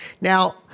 Now